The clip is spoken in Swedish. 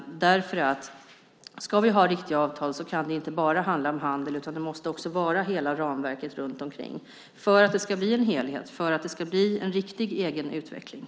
Ska vi ha riktiga avtal kan det nämligen inte bara handla om handel, utan det måste också vara hela ramverket runt omkring för att det ska bli en helhet och för att det ska bli en riktig egen utveckling.